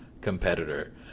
competitor